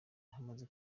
hamaze